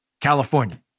California